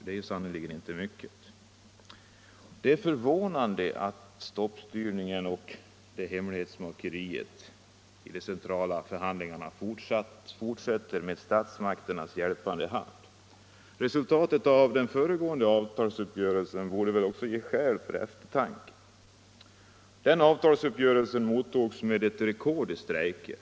Det är sannerligen inte mycket. Det är förvånande att toppstyrningen och hemlighetsmakeriet i de centrala förhandlingarna fortsätter med statsmakternas hjälpande hand. Resultaten av den föregående avtalsuppgörelsen borde ge skäl för eftertanke. Den avtalsuppgörelsen mottogs med ett rekord i strejker.